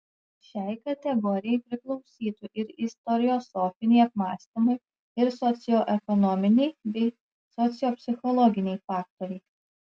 šiai kategorijai priklausytų ir istoriosofiniai apmąstymai ir socioekonominiai bei sociopsichologiniai faktoriai